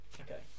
Okay